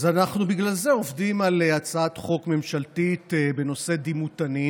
אז בגלל זה אנחנו עובדים על הצעת חוק ממשלתית בנושא דימותנים,